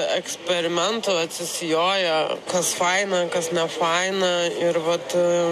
eksperimentų atsisijoja kas faina kas nefaina ir vat